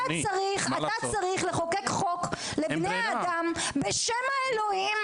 אתה צריך לחוקק חוק לבני האדם בשם האלוהים